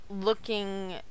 looking